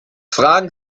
fragen